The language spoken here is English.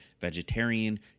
vegetarian